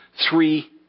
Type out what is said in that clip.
Three